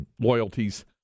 loyalties